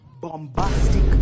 bombastic